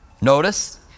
Notice